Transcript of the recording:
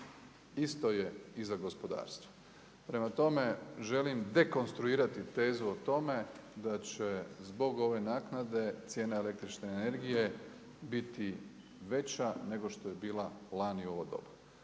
Isto je i za gospodarstvo. Prema tome, želim dekonstruirati tezu o tome da će zbog ove naknade cijena električne energije biti veća nego što je bila lani u ovo doba.